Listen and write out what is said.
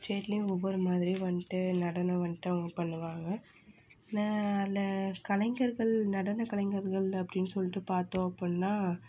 ஸ்டேட்லேயும் ஒவ்வொரு மாதிரி வந்துட்டு நடனம் வந்துட்டு அவங்க பண்ணுவாங்க நெ அதில் கலைஞர்கள் நடன கலைஞர்கள் அப்படின்னு சொல்லிட்டு பார்த்தோம் அப்புடின்னா